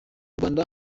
rwanda